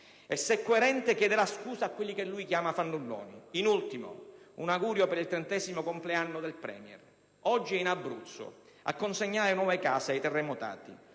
e, se è coerente, chiederà scusa a quelli che chiama fannulloni. In ultimo, un augurio per il trentasettesimo compleanno del Premier, che oggi è in Abruzzo a consegnare nuove case ai terremotati: